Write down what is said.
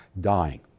dying